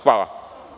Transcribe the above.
Hvala.